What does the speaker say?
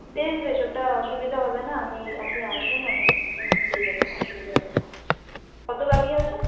বেশ বেশ ওটা অসুবিধা হবে না আমি আপনি আসবেন আমি দিয়ে দেবো অসুবিধা হবে না কত বাকি আছে